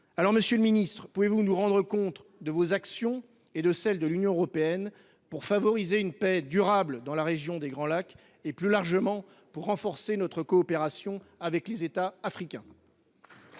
Monsieur le ministre, pouvez vous nous rendre compte de vos actions et de celles que mène l’Union européenne pour favoriser une paix durable dans la région des Grands Lacs et, plus largement, renforcer notre coopération avec les États africains ?